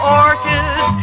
orchids